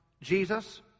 Jesus